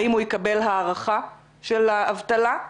האם הוא יקבל הארכה של האבטלה?